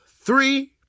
three